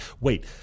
wait